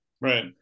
Right